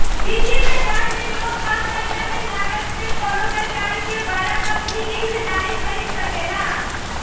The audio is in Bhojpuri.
वित्तीय बाजार में लोग कम पईसा के लागत से कवनो प्रकार के बड़ा कंपनी के हिस्सेदारी खरीद सकेला